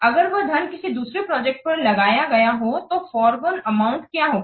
अगर वह धन किसी दूसरे प्रोजेक्ट पर लगाया गया हो तो फॉरगॉन अमाउंट क्या होगा